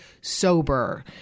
sober